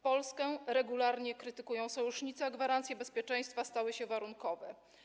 Polskę regularnie krytykują sojusznicy, a gwarancje bezpieczeństwa stały się warunkowe.